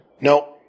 No